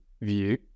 view